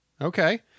Okay